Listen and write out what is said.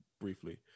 briefly